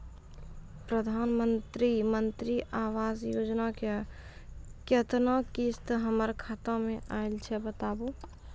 प्रधानमंत्री मंत्री आवास योजना के केतना किस्त हमर खाता मे आयल छै बताबू?